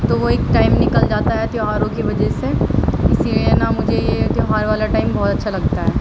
تو وہ ایک ٹائم نکل جاتا ہے تیوہاروں کی وجہ سے اسی لیے نا مجھے یہ تیوہار والا ٹائم بہت اچھا لگتا ہے